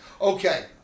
Okay